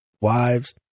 wives